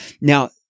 Now